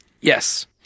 yes